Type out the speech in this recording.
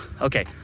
okay